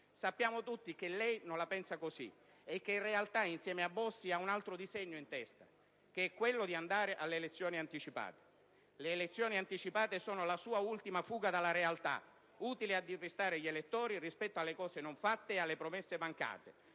Sappiamo tutti che lei non la pensa così e che, in realtà, insieme a Bossi ha un altro disegno in testa: quello di andare alle elezioni anticipate. Le elezioni anticipate sono la sua ultima fuga dalle realtà, utili a depistare gli elettori rispetto alle cose non fatte e alle promesse mancate.